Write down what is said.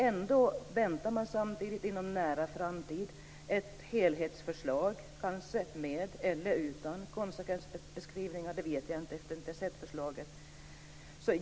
Ändå väntar man inom en nära framtid ett helhetsförslag, med eller utan konsekvensbeskrivningar - jag vet inte eftersom jag inte har sett förslaget.